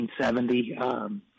1970